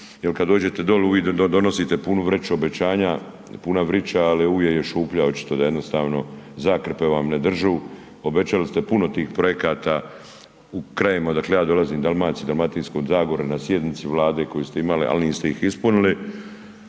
kad dođete dolje, uvijek nam donosite punu vreću obećanja, puna vreća ali uvijek je šuplja, očito da jednostavno zakrpe ne drže, obećali ste puno tih projekata, u krajevima odakle ja dolazim, Dalmaciji, Dalmatinskoj zagori, na sjednici Vlade koju ste imali niste ih ispunili.